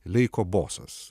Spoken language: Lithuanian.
leiko bosas